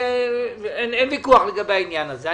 ואין ויכוח לגבי העניין הזה.